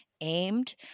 aimed